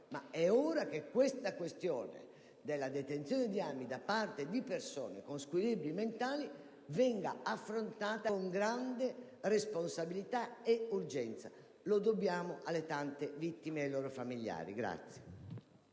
ora, però, che la questione della detenzione di armi da parte di persone con squilibri mentali venga affrontata con grande responsabilità e urgenza: lo dobbiamo alle tante vittime e ai loro familiari!